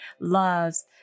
loves